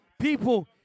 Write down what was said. people